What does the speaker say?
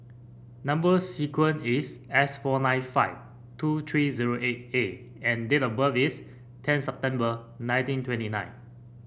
number sequence is S four nine five two three zero eight A and date of birth is tenth September nineteen twenty nine